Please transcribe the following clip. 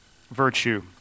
virtue